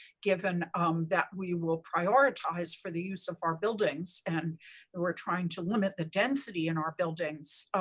given that we will prioritize for the use of our buildings and we're trying to limit the density in our buildings,